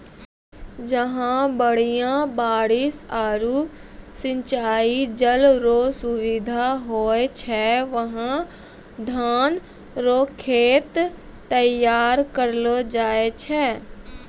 जहां बढ़िया बारिश आरू सिंचाई जल रो सुविधा होय छै वहां धान रो खेत तैयार करलो जाय छै